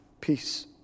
peace